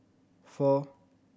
four